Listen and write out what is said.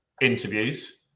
interviews